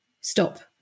stop